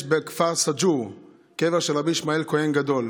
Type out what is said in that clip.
יש בכפר סאג'ור קבר של רבי ישמעאל, כהן גדול.